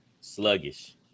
sluggish